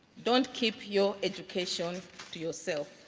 don't keep your education to yourself.